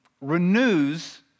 renews